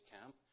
camp